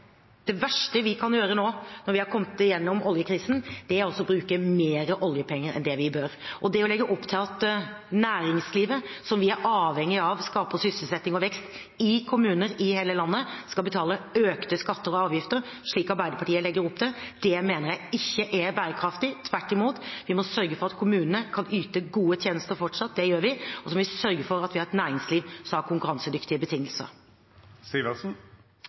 Det verste vi kan gjøre nå, når vi har kommet igjennom oljekrisen, er å bruke mer oljepenger enn det vi bør. Og det å legge opp til at næringslivet – som vi er avhengig av skaper sysselsetting og vekst i kommunene i hele landet – skal betale økte skatter og avgifter, slik Arbeiderpartiet legger opp til, mener jeg ikke er bærekraftig. Tvert imot: Vi må sørge for at kommunene fortsatt kan yte gode tjenester. Det gjør vi, og så må vi sørge for at vi har et næringsliv som har konkurransedyktige